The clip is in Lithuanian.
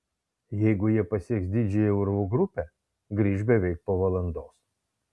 jeigu jie pasieks didžiąją urvų grupę grįš beveik po valandos